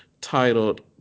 titled